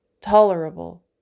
tolerable